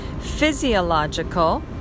Physiological